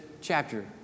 chapter